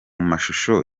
mashusho